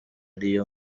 ariye